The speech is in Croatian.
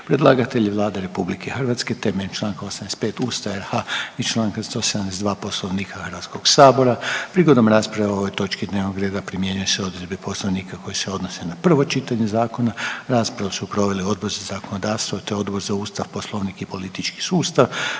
Predlagatelj je Vlada RH na temelju čl. 85. Ustava RH i čl. 172. Poslovnika Hrvatskog sabora. Prigodom rasprave o ovoj točki dnevnog reda primjenjuju se odredbe Poslovnika koje se odnose na prvo čitanje zakona. Raspravu su proveli Odbor za zakonodavstvo te Odbor za Ustav, poslovnik i politički sustav.